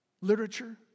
literature